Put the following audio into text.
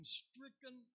stricken